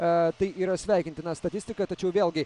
a tai yra sveikintina statistika tačiau vėlgi